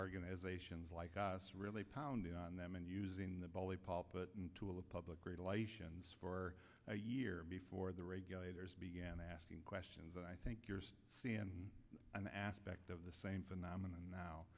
organizations like us really pounding on them and using the bully pulpit into a public relations for a year before the regulators began asking questions and i think you're seeing an aspect of the same phenomena now